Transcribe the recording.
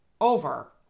over